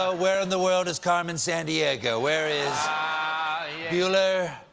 ah where in the world is carmen sandiego? where is bueller?